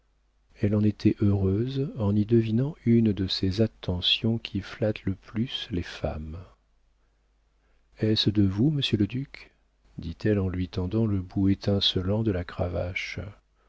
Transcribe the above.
elle en était heureuse en y devinant une de ces attentions qui flattent le plus les femmes est-ce de vous monsieur le duc dit-elle en lui tendant le bout étincelant de la cravache